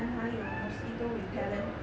then 还有 mosquito repellent